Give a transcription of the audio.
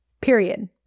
period